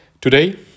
Today